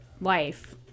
life